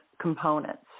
components